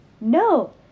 No